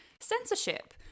censorship